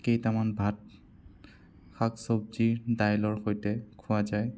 কেইটামান ভাত শাক চব্জি দাইলৰ সৈতে খোৱা যায়